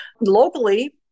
locally